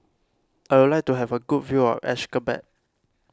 I would like to have a good view of Ashgabat